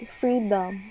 freedom